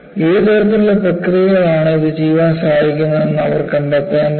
ഏത് തരത്തിലുള്ള പ്രക്രിയകളാണ് ഇത് ചെയ്യാൻ സഹായിക്കുന്നതെന്ന് അവർ കണ്ടെത്തേണ്ടതുണ്ട്